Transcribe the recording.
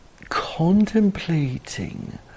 contemplating